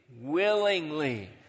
Willingly